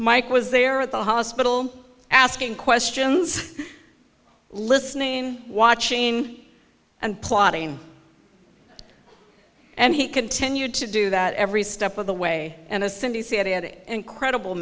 mike was there at the hospital asking questions listening watching and plotting and he continued to do that every step of the way and as cindy